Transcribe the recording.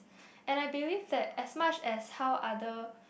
and I believe that as much as how other